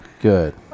Good